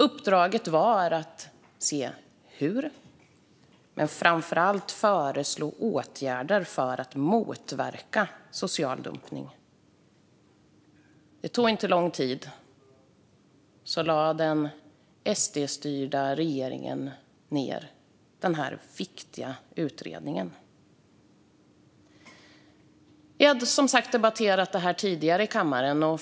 Uppdraget var att se hur detta kan motverkas, men framför allt föreslå åtgärder för att motverka social dumpning. Det tog inte lång tid innan den SD-styrda regeringen lade ned denna viktiga utredning. Vi har som sagt debatterat detta tidigare i kammaren.